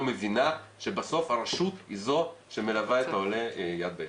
מבינה שבסוף הרשות היא זו שמלווה את העולה יד ביד.